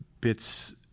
bits